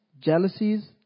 jealousies